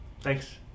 Thanks